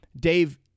Dave